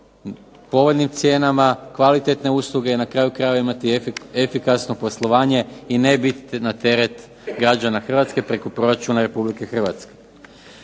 povoljnim cijenama, kvalitetne usluge i na kraju krajeva imati efikasno poslovanje i ne biti na teret građana Hrvatske preko proračuna Republike Hrvatske.